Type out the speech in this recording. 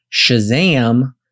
Shazam